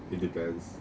it depends